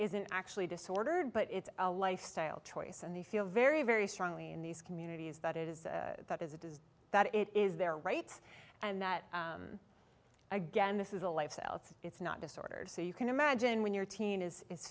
isn't actually disordered but it's a lifestyle choice and they feel very very strongly in these communities that it is that is it is that it is their right and that again this is a lifestyle it's not disordered so you can imagine when your teen is is